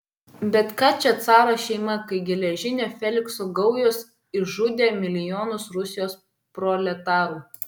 bet ką čia caro šeima kai geležinio felikso gaujos išžudė milijonus rusijos proletarų